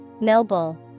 Noble